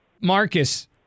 Marcus